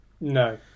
No